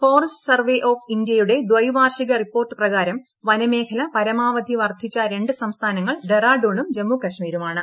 forest survey of ഇന്ത്യയുടെ ദൈവാർഷിക report പ്രകാരം വനമേഖല പരമാവധി വർദ്ധിച്ച രണ്ട് സംസ്ഥാനങ്ങൾ ഡറാഡൂണും ജമ്മുകശ്മീരുമാണ്